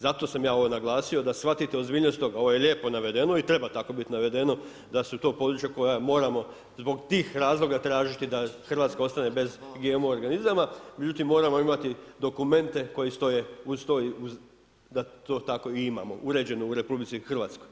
Zato sam ja ovo naglasio, da shvatite ozbiljnost tog, ovo je lijepo navedeno i treba tako biti navedeno da su to područja koja moramo zbog tih razloga tražiti da Hrvatska ostane bez GMO organizama međutim, moramo imati dokumente koji stoje uz to i da to tako i imamo uređeno u RH.